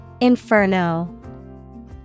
Inferno